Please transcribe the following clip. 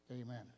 amen